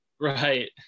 Right